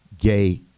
gay